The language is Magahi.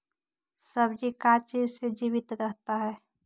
सब्जी का चीज से जीवित रहता है?